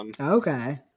Okay